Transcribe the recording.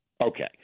Okay